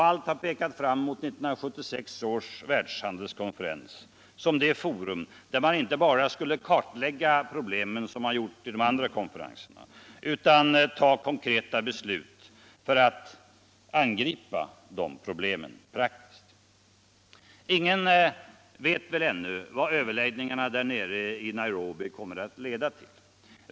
Allt har pekat fram mot 1976 års världshandelskonfterens som det forum där man inte bara skulle kartlägga problemen som man gjort vid de andra konferenserna utan ta konkreta beslut för att angripa problemen praktiskt. Ingen vet väl ännu vad överläggningarna nere i Nairobi kommer att leda till.